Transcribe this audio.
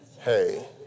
Hey